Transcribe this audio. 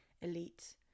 elite